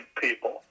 people